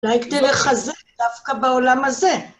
אולי כדי לחזק דווקא בעולם הזה.